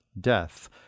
death